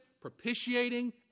propitiating